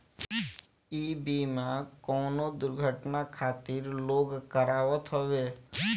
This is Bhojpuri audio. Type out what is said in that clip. इ बीमा कवनो दुर्घटना खातिर लोग करावत हवे